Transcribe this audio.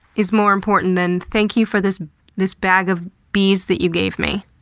is more important than, thank you for this this bag of bees that you gave me.